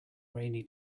rainy